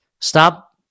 stop